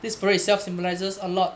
it's for itself symbolizes a lot